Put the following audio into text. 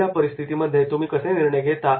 दिलेल्या परिस्थितीमध्ये तुम्ही कसे निर्णय घेता